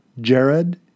Jared